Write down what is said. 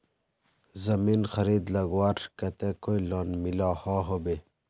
जमीन खरीद लगवार केते कोई लोन मिलोहो होबे?